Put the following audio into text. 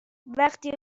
وقتی